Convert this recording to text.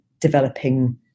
developing